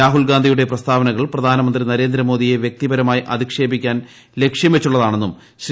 രാഹുൽ ഗാന്ധിയുടെ പ്രസ്താവനകൾ പ്രധാന്ത്മന്ത്രി നരേന്ദ്രമോദിയെ വൃക്തിപരമായി അധിഷേപിക്കാൻ ലക്ഷ്യം വെച്ചുള്ളതാണെന്നും ശ്രീ